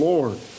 Lord